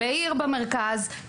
בעיר במרכז,